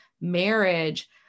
marriage